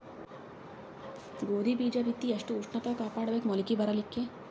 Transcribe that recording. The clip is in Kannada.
ಗೋಧಿ ಬೀಜ ಬಿತ್ತಿ ಎಷ್ಟ ಉಷ್ಣತ ಕಾಪಾಡ ಬೇಕು ಮೊಲಕಿ ಬರಲಿಕ್ಕೆ?